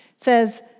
says